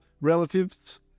relatives